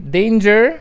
danger